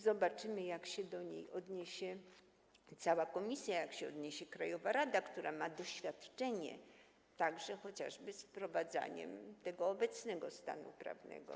Zobaczymy, jak się do niej odniesie cała komisja, jak się odniesie krajowa rada, która ma doświadczenie także chociażby z wprowadzaniem tego obecnego stanu prawnego.